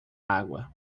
água